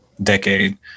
decade